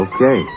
Okay